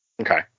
Okay